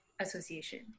Association